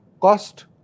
cost